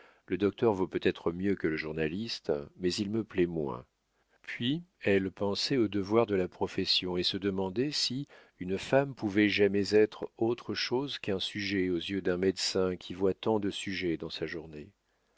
le docteur vaut peut-être mieux que le journaliste mais il me plaît moins puis elle pensait aux devoirs de la profession et se demandait si une femme pouvait jamais être autre chose qu'un sujet aux yeux d'un médecin qui voit tant de sujets dans sa journée